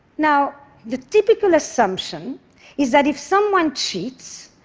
now, the typical assumption is that if someone cheats,